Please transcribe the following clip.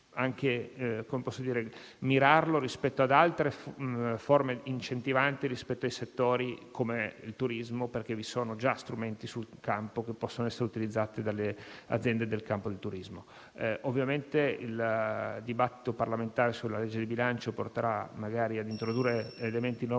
quindi bisognerà mirarlo rispetto ad altre forme incentivanti nei confronti di settori come il turismo, perché vi sono già strumenti sul campo che possono essere utilizzati dalle aziende del settore. Il dibattito parlamentare sulla legge di bilancio porterà magari a introdurre elementi